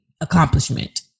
accomplishment